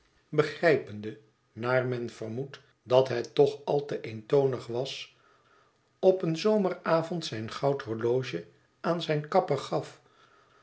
dat het toch al te eentonig was op een zomeravond zijn goud horloge aan zijn kapper gaf